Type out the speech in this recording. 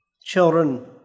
children